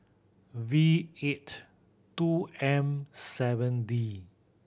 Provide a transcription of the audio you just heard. V eighty two M seven D